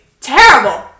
terrible